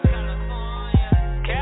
California